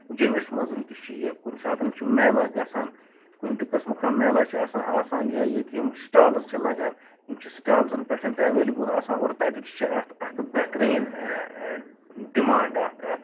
جمِس منٛز تہِ چھُ یہِ کُنہِ ساتہٕ چھُ میلا گژھان کُنہِ تہِ قٔسمُک کانہہ میلا چھُ آسان آسان یا ییٚتہِ یِم سٹالز چھِ لگان یِم چھِ سٹالزن پٮ۪ٹھ تہِ ایویلبٔل آسان اور تَتہِ تہِ چھِ اَتھ اکھ بہتریٖن ڈِمانڈ اکھ اَتھ